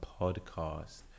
podcast